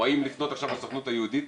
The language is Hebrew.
או האם לפנות לסוכנות היהודית,